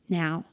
now